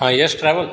हां यश ट्रॅवल